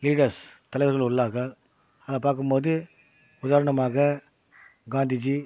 leaders தலைவர்கள் உள்ளார்கள் அதைப் பார்க்கும் போது உதாரணமாக காந்திஜி